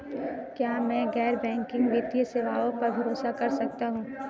क्या मैं गैर बैंकिंग वित्तीय सेवाओं पर भरोसा कर सकता हूं?